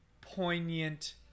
poignant